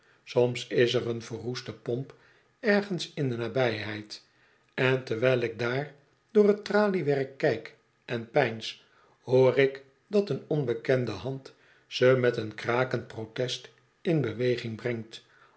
soms is er een verroeste pomp ergens in de nabijheid en terwijl ik daar door t traliewerk kijk en peins hoor ik dat een onbekende hand ze met een krakend protest in beweging brengt